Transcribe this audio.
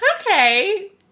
okay